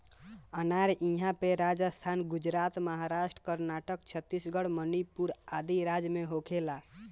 अनार इहां पे राजस्थान, गुजरात, महाराष्ट्र, कर्नाटक, छतीसगढ़ मणिपुर आदि राज में होखेला